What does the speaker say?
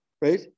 right